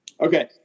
Okay